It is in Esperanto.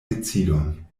decidon